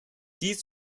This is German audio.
dies